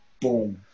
Boom